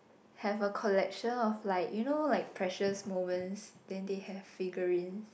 have a collection of like you know like pleasures moment then they have figure in